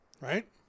Right